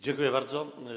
Dziękuję bardzo.